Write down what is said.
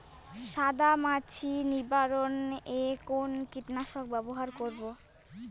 সাদা মাছি নিবারণ এ কোন কীটনাশক ব্যবহার করব?